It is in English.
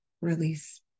release